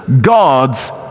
God's